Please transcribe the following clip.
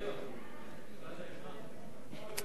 חוק החברות